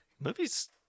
movies